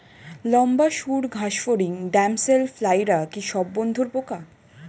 লম্বা সুড় ঘাসফড়িং ড্যামসেল ফ্লাইরা কি সব বন্ধুর পোকা?